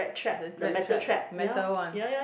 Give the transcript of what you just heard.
the rat trap metal one